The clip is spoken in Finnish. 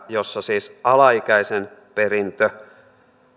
jossa siis alaikäisen perintö